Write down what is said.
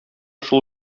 шул